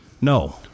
No